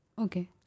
Okay